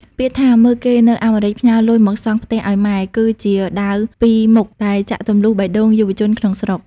ពាក្យថា "មើលគេនៅអាមេរិកផ្ញើលុយមកសង់ផ្ទះឱ្យម៉ែ" គឺជាដាវពីរមុខដែលចាក់ទម្លុះបេះដូងយុវជនក្នុងស្រុក។